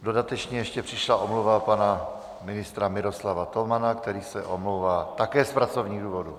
Dodatečně ještě přišla omluva pana ministra Miroslava Tomana, který se omlouvá také z pracovních důvodů.